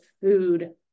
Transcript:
food